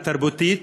התרבותית,